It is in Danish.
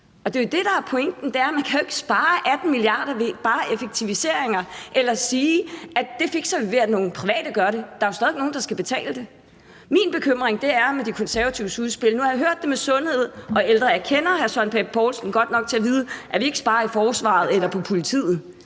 der er pointen, er jo, at man ikke kan spare 18 mia. kr. bare ved effektiviseringer eller ved at sige, at det fikser vi, ved at nogle private gør det. Der er jo stadig væk nogen, der skal betale det. Jeg har en bekymring ved det konservative udspil. Nu har jeg hørt det med sundhed og ældre, og jeg kender hr. Søren Pape Poulsen godt nok til at vide, at man ikke sparer på forsvaret eller politiet.